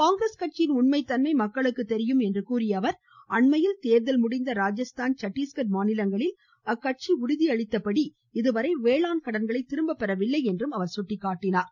காங்கிரஸ் கட்சியின் உண்மை தன்மை மக்களுக்கு தெரியும் என்று கூறிய அவர் அண்மையில் தேர்தல் முடிந்த ராஜஸ்தான் சட்டீஸ்கட் மாநிலங்களில் அக்கட்சி உறுதியளித்த படி இதுவரை வேளாண் கடன்களை திரும்பப் பெறவில்லை என்று சுட்டிக்காட்டினார்